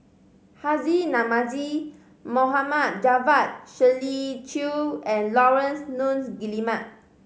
Haji Namazie Mohd Javad Shirley Chew and Laurence Nunns Guillemard